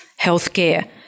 healthcare